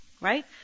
Right